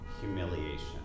humiliation